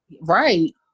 right